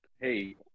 hey